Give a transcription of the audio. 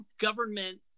government